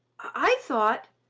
i thought,